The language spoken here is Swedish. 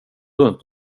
runt